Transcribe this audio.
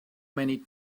many